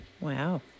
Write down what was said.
Wow